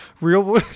real